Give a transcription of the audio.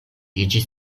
iĝis